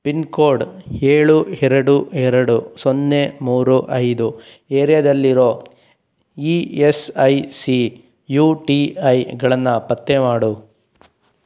pin code ಏಳು ಎರಡು ಎರಡು ಸೊನ್ನೆ ಮೂರು ಐದು ಏರಿಯಾದಲ್ಲಿರೋ ಈ S I C U T ಐಗಳನನ್ನು ಪತ್ತೆ ಮಾಡು